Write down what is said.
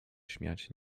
śmiać